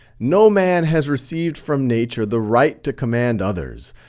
no man has received from nature the right to command others.